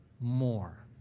more